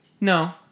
No